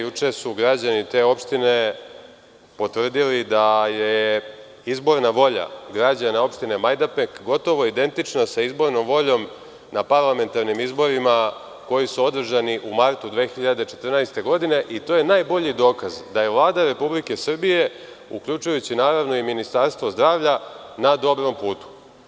Juče su građani te opštine potvrdili da je izborna volja građana opštine Majdanpek gotovo identična sa izbornom voljom na parlamentarni izborima koji su održani u martu 2014. godine i to je najbolji dokaz da je Vlada RS uključujući i Ministarstvo zdravlja na dobrom putu.